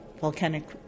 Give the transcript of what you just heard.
volcanic